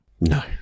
No